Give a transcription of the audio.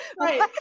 Right